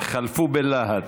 חלפו בלהט.